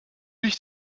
dich